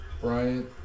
Bryant